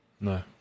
No